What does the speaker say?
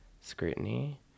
scrutiny